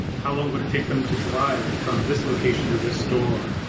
how long would it take them to drive from this location to this store,